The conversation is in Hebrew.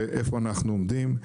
ואיפה אנחנו עומדים.